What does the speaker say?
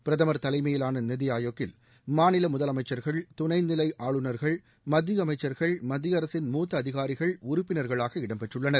பிரதமர் தலைமையிலான நித்தி ஆயோக்கில் மாநில முதலமைச்சர்கள் துணைநிலை ஆளுநர்கள் மத்திய அமைச்சர்கள் மத்திய அரசின் மூத்த அதிகாரிகள் உறுப்பினர்களாக இடம்பெற்றுள்ளனர்